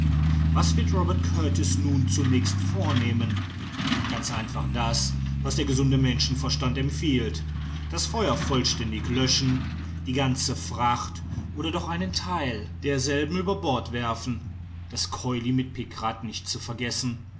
was wird robert kurtis nun zunächst vornehmen ganz einfach das was der gesunde menschenverstand empfiehlt das feuer vollständig löschen die ganze fracht oder doch einen theil derselben über bord werfen das colli mit pikrat nicht zu vergessen